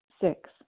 Six